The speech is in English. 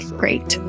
great